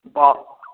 बौ